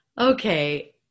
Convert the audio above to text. Okay